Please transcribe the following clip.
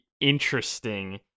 interesting